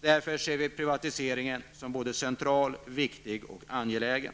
Därför ser vi privatiseringen som central, viktig och angelägen.